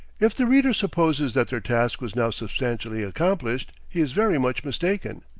if the reader supposes that their task was now substantially accomplished, he is very much mistaken.